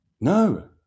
No